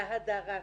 להדרת נשים,